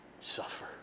suffer